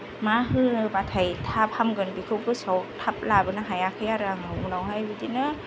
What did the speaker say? मा होबाथाय थाब हामगोन बेखौ गोसोआव थाब लाबोनो हायाखै आरो आङो उनावहाय बिदिनो